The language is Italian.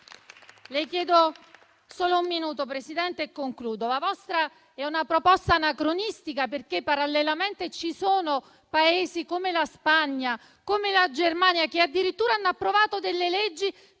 Le chiedo solo un minuto, Presidente, e concludo. La vostra è una proposta anacronistica, perché parallelamente ci sono Paesi come la Spagna o come la Germania che addirittura hanno approvato leggi